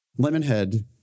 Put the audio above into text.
Lemonhead